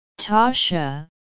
Tasha